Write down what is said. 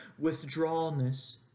withdrawalness